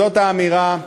זאת האמירה,